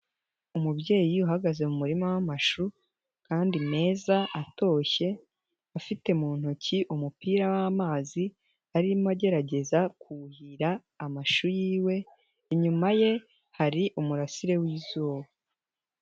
Umubyeyi uhagaze mu murima w'amashu kandi meza atoshye, afite mu ntoki umupira w'amazi arimo agerageza kuhira amashu , inyuma ye hari umurasire w'izuba.